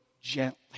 gently